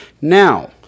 Now